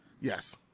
yes